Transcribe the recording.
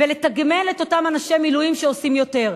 ולתגמל את אותם אנשי מילואים שעושים יותר.